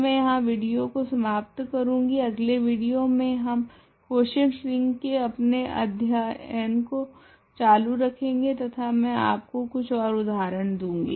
तो मैं यहाँ विडियो को समाप्त करूंगी अगले विडियो में हम क्वॉशेंट रिंग के अपने आध्यान को चालू रखेगे तथा मैं आपको कुछ ओर उदाहरण दूँगी